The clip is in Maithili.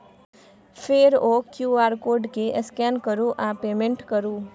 फेर ओ क्यु.आर कोड केँ स्कैन करु आ पेमेंट करु